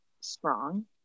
strong